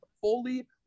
fully